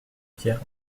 pierre